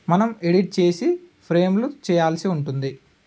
మనం ఎడిట్ చేసి ఫ్రేమ్లు చేయాల్సి ఉంటుంది